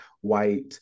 white